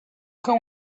can